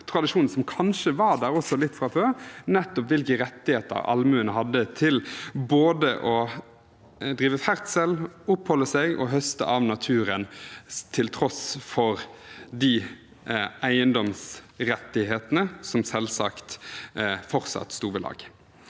tradisjonen som kanskje var der litt fra før – hvilke rettigheter allmuen hadde til å både drive ferdsel og oppholde seg i og høste av naturen, til tross for de eiendomsrettighetene som selvsagt fortsatt sto ved lag.